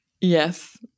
Yes